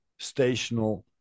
stational